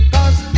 Cause